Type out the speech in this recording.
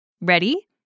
Ready